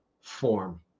form